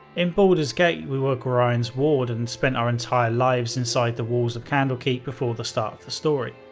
in baldur's gate, we were gorian's ward and spent our entire lives inside the walls of candlekeep before the start story.